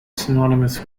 synonymous